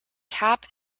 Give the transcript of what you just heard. top